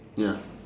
ya